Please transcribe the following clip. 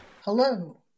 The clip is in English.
Hello